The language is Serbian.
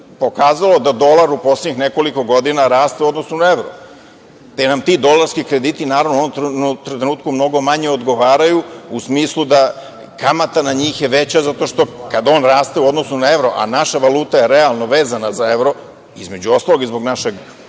da dolar u poslednjih nekoliko godina raste u odnosu na evro, te nam ti dolarski krediti, naravno, u ovom trenutku mnogo manje odgovaraju u smislu da kamata na njih je veća zato što kad on raste u odnosu na evro, a naša valuta je realno vezana za evro, između ostalog, i zbog našeg